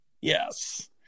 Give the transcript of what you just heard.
Yes